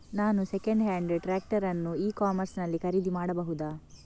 ನಾನು second hand tractor ಅನ್ನು e commerce ನಲ್ಲಿ ಖರೀದಿ ಮಾಡಬಹುದಾ?